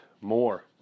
more